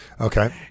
Okay